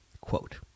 quote